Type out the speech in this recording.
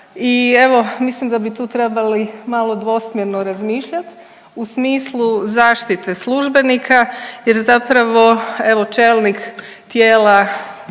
mislim da bi tu trebali malo dvosmjerno razmišljat u smislu zaštite službenika jer zapravo evo čelnik tijela